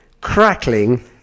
crackling